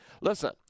Listen